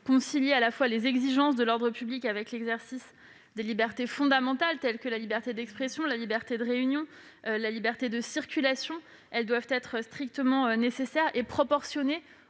concilier les exigences de l'ordre public et l'exercice des libertés fondamentales, telles que la liberté d'expression, de réunion ou de circulation, doivent être strictement nécessaires et proportionnées